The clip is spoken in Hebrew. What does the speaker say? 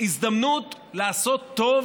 הזדמנות לעשות טוב